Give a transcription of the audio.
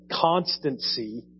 constancy